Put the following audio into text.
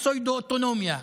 פסאודו-אוטונומיה,